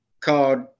called